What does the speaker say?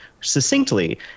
succinctly